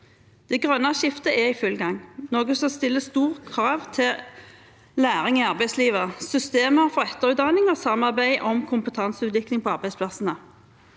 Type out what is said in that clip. Det grønne skiftet er i full gang, noe som stiller store krav til læring i arbeidslivet, systemer for etterutdanning og samarbeid om kompetanseutvikling på arbeidsplassene.